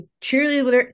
cheerleader